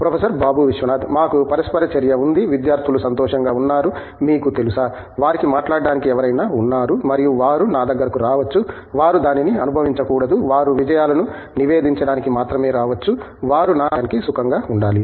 professor Babu Viswanath మాకు పరస్పర చర్య ఉంది విద్యార్థులు సంతోషంగా ఉన్నారు మీకు తెలుసా వారికి మాట్లాడటానికి ఎవరైనా ఉన్నారు మరియు వారు నా దగ్గరకు రావచ్చు వారు దానిని అనుభవించకూడదు వారు విజయాలను నివేదించడానికి మాత్రమే రావచ్చు వారు నా దగ్గరకు రావడానికి సుఖంగా ఉండాలి